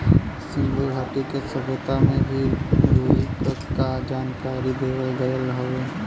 सिन्धु घाटी के सभ्यता में भी रुई क जानकारी देवल गयल हउवे